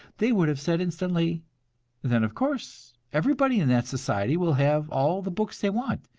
they would have said instantly then, of course, everybody in that society will have all the books they want,